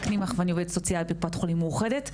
עובדת סוציאלית בקופת חולים מאוחדת.